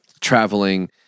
traveling